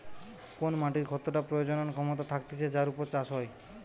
কোন মাটির কতটা প্রজনন ক্ষমতা থাকতিছে যার উপর চাষ হয়